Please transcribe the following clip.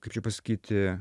kaip čia pasakyti